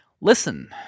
Listen